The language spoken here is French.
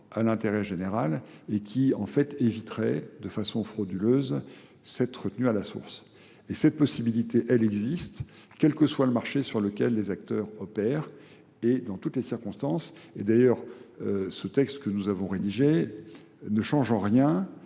à l'intérêt général et qui en fait éviterait de façon frauduleuse cette retenue à la source. Et cette possibilité, elle existe, quel que soit le marché sur lequel les acteurs opèrent et dans toutes les circonstances. Et d'ailleurs, ce texte que nous avons rédigé, ne changent en rien